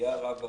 יהיו הרב הראשי,